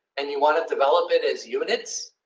and you want to develop it as units.